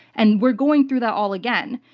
and we're going through that all again.